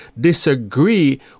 disagree